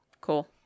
Cool